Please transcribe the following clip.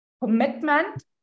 commitment